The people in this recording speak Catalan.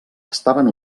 estaven